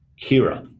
kira.